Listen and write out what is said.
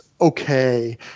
Okay